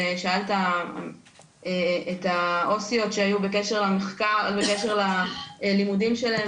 שאלת את העו"סיות שהיו בקשר ללימודים שלהן,